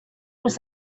was